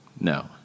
No